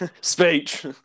Speech